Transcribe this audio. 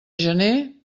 gener